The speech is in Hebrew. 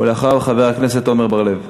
ואחריו, חבר הכנסת עמר בר-לב.